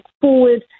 forward